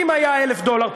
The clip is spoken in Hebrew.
אם הוא היה 1,000 דולר,